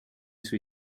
sui